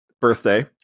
birthday